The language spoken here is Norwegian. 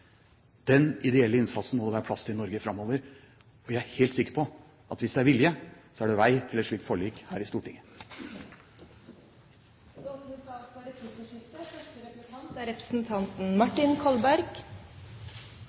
Den ideelle innsatsen må det være plass til i Norge framover. Og jeg er helt sikker på at hvis det er vilje, er det vei til et slikt forlik her i Stortinget. Det åpnes for replikkordskifte.